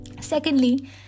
Secondly